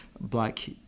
black